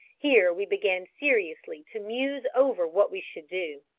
here we began seriously to muse over what we should do.